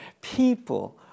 people